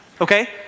Okay